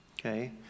okay